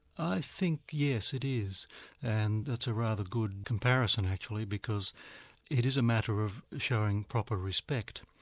i think yes it is and it's a rather good comparison actually because it is a matter of showing proper respect.